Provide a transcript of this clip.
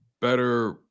better